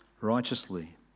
righteously